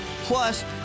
Plus